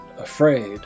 afraid